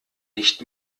nicht